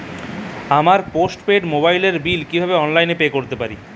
আমার post paid মোবাইলের bill কীভাবে অনলাইনে পে করতে পারি?